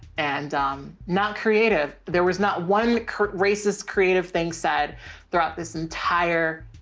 and i'm not creative. there was not one racist creative thing said throughout this entire,